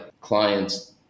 clients